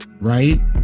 right